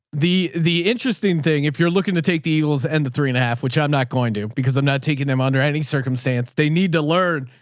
the, the interesting thing, if you're looking to take the eagles and the three and a half, which i'm not going to, because i'm not taking them under any circumstance, they need to learn.